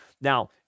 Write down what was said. Now